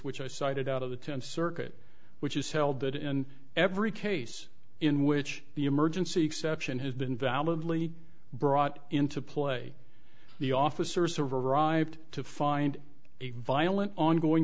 which i cited out of the tenth circuit which is held that in every case in which the emergency exception has been valid lee brought into play the officers arrived to find a violent ongoing